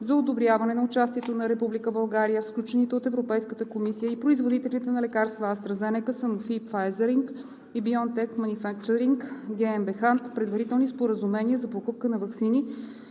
за одобряване на участието на Република България в сключените от Европейската комисия и производителите на лекарства AstraZeneca, Sanofi и Pfizer Inc. и BioNTech Manufacturing GmbHand предварителни споразумения за покупка на ваксини